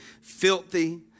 filthy